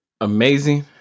Amazing